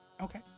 Okay